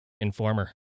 Informer